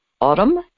autumn